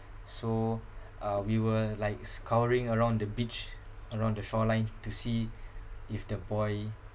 so uh we were like scouring around the beach around the shoreline to see if the boy